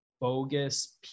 bogus